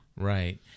Right